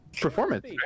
performance